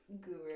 guru